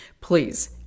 please